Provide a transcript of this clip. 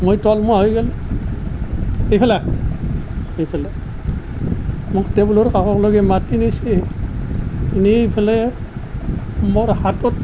মই তলমূৱা হৈ গ'লোঁ এইফালে আহ এইফালে আহ মোক টেবুলৰ কাষলৈকে মাতি নিছে নি পেলাই মোৰ হাতত